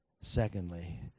secondly